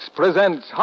presents